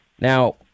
Now